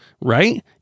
right